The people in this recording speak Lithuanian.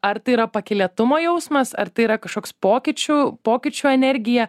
ar tai yra pakylėtumo jausmas ar tai yra kažkoks pokyčių pokyčių energija